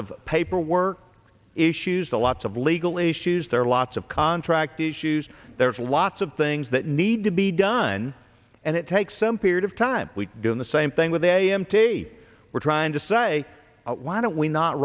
of paperwork issues the lots of legal issues there are lots of contract issues there's lots of things that need to be done and it takes some period of time we do the same thing with the a m t we're trying to say why don't